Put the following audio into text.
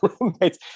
roommates